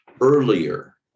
earlier